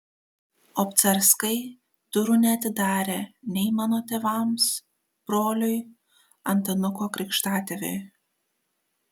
obcarskai durų neatidarė nei mano tėvams broliui antanuko krikštatėviui